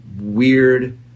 weird